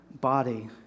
body